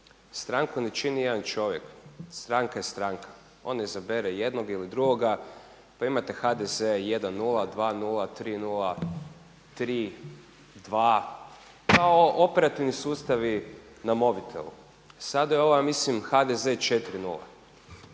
Stranku ne čini jedan čovjek. Stranka je stranka. On izabere jednog ili drugoga, pa imate HDZ-e jedan nula, dva nula, tri nula, tri, dva, kao operativni sustavi na mobitelu. Sada je ovo ja mislim HDZ-e